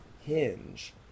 hinge